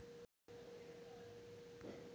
కోసిన వరిని ఎలాంటి కంటైనర్ లో స్టోర్ చెయ్యాలి?